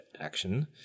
action